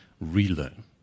relearn